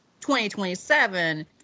2027